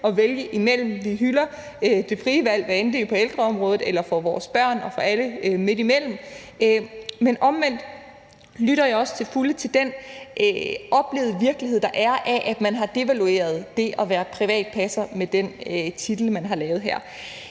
at vælge imellem. Vi hylder det frie valg, hvad enten det er på ældreområdet eller for vores børn og alle andre midt imellem. Omvendt lytter jeg også til fulde til den oplevede virkelighed, der er, af, at man har devalueret det at være privat passer med den titel, man her har lavet.